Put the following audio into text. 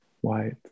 white